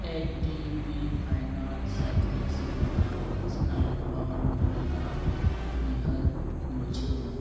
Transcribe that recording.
H D B finance service ᱠᱷᱚᱱᱟᱜ personal loan ᱨᱮᱱᱟᱜ ᱩᱱᱩᱭᱟᱹᱦᱟᱹᱨ ᱢᱩᱪᱷᱟᱹᱣ ᱢᱮ